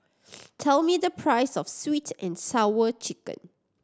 tell me the price of Sweet And Sour Chicken